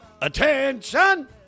Attention